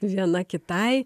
viena kitai